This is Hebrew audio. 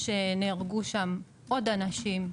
שנהרגו שם עוד אנשים,